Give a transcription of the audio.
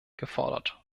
gefordert